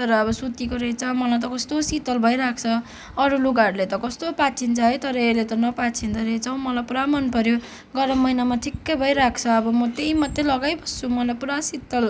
तर अब सुतीको रहेछ मलाई त कस्तो शीतल भइरहेको छ अरू लुगाहरूले त कस्तो पाछ्न्छि है तर यसले त नपाछिँदो रहेछ मलाई पुरा मन पऱ्यो गरम महिनामा ठिक्कै भइरहेको छ अब म त्यही मात्रै लगाइबस्छु मलाई पुरा शीतल